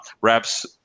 wraps